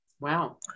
Wow